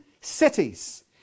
cities